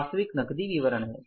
वास्तविक नकदी विवरण है